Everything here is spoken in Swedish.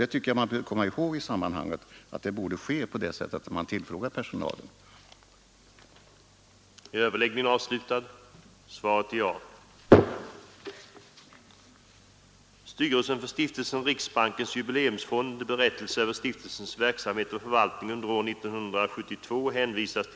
Jag tycker att man i sammanhanget bör tänka på att det skulle ha gått till så att personalen tillfrågats.